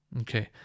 Okay